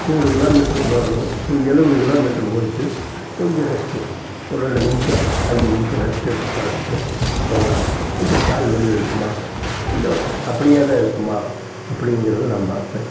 நூறு kilometre போகறதுல ஒரு எழுபது கிலோ மீட்ரு போயிவிட்டு கொஞ்சம் ரெஸ்ட்டு ஒரு ரெண்டு நிமிஷம் அஞ்சு நிமிஷம் ரெஸ்ட்டு எடுத்து பார்த்துட்டு போகலாம் கொஞ்சம் கால் வலி இருக்குமா இல்லை அப்படியே தான் இருக்குமா அப்படிங்கிறது நான் பார்ப்பேன்